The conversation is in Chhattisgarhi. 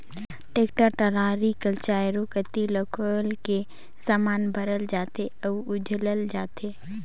टेक्टर टराली कर चाएरो कती ल खोएल के समान भरल जाथे अउ उझलल जाथे